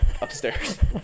upstairs